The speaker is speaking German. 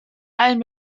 allen